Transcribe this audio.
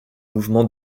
mouvement